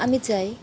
আমি চাই